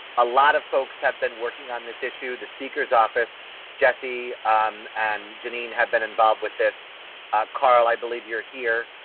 a lot of folks have been working on this issue, the speaker's office jesse and janine had been involved with this carl, i believe you're here,